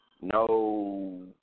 No